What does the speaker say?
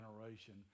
generation